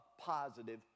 positive